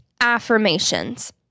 Affirmations